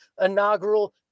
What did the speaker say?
inaugural